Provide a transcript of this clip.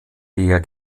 der